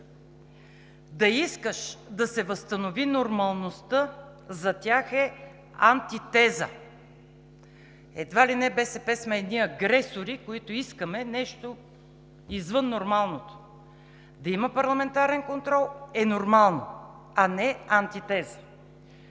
Да искаш да се възстанови нормалността за тях е антитеза! Едва ли не БСП сме едни агресори, които искаме нещо извън нормалното! Да има парламентарен контрол е нормално, а не антитеза!